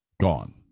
Gone